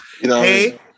Hey